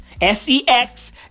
S-E-X